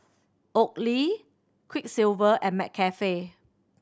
Oakley Quiksilver and McCafe